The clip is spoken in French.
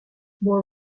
moi